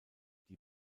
die